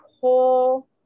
whole